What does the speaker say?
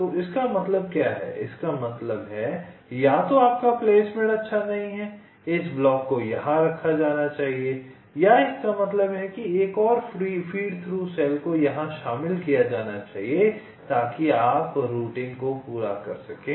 तो इसका मतलब क्या है इसका मतलब है या तो आपका प्लेसमेंट अच्छा नहीं है इस ब्लॉक को यहां रखा जाना चाहिए या इसका मतलब है कि एक और फ़ीड थ्रू सेल को यहां शामिल किया जाना चाहिए ताकि आप रूटिंग को पूरा कर सकें